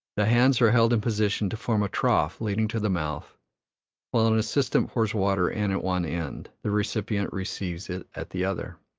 the hands are held in position to form a trough leading to the mouth while an assistant pours water in at one end, the recipient receives it at the other.